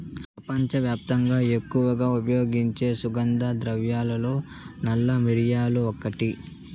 ప్రపంచవ్యాప్తంగా ఎక్కువగా ఉపయోగించే సుగంధ ద్రవ్యాలలో నల్ల మిరియాలు ఒకటి